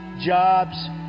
jobs